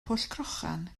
pwllcrochan